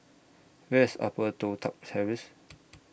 Where IS Upper Toh Tuck Terrace